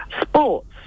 sports